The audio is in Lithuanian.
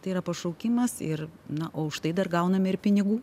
tai yra pašaukimas ir na o už tai dar gauname ir pinigų